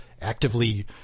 actively